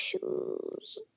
shoes